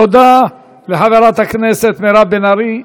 תודה לחברת הכנסת מירב בן ארי.